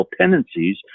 tendencies